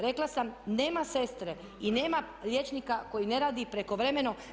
Rekla sam nema sestre i nema liječnika koji ne radi prekovremeno.